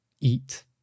eat